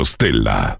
Stella